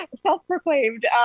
self-proclaimed